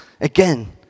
again